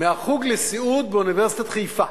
מהחוג לסיעוד באוניברסיטת חיפה,